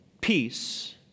peace